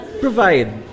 provide